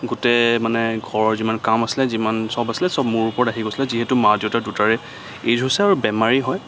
গোটেই মানে ঘৰৰ যিমান কাম আছিলে যিমান চব আছিলে চব মোৰ ওপৰত আহি গৈছিলে যিহেতু মা দেউতা দুয়োটাৰে এইজ হৈছিলে আৰু বেমাৰী হয়